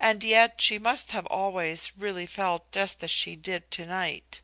and yet she must have always really felt just as she did to-night